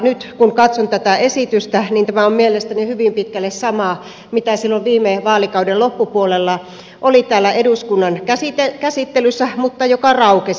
nyt kun katson tätä esitystä niin tämä on mielestäni hyvin pitkälle sama kuin mikä silloin viime vaalikauden loppupuolella oli täällä eduskunnan käsittelyssä mutta joka raukesi